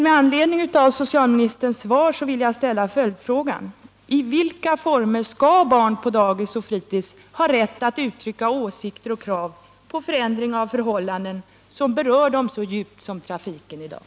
Med anledning av socialministerns svar vill jag ställa följdfrågan: I vilka former skall barn på dagis och fritis ha rätt att uttrycka åsikter om och krav på förändring av förhållanden som berör dem så djupt som trafiken i dag?